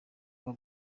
kuba